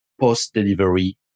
post-delivery